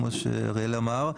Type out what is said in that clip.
כמו שאריאל אמר.